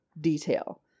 detail